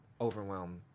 overwhelmed